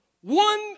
one